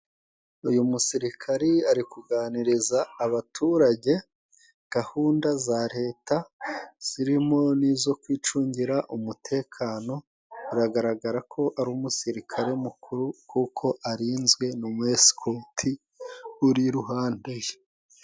Uyu musirikari ari kuganiriza abaturage gahunda za leta zirimo n'izo kwicungira umutekano biragaragara ko ari umusirikare mukuru kuko arinzwe n'umwesikoti ur'iruhande ye.